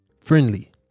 friendly